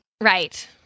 Right